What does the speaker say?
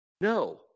No